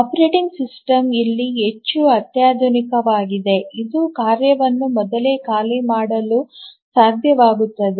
operating system ಇಲ್ಲಿ ಹೆಚ್ಚು ಅತ್ಯಾಧುನಿಕವಾಗಿದೆ ಇದು ಕಾರ್ಯವನ್ನು ಮೊದಲೇ ಖಾಲಿ ಮಾಡಲು ಸಾಧ್ಯವಾಗುತ್ತದೆ